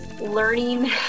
learning